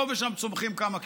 פה ושם צומחים כמה כישרונות,